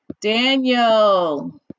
daniel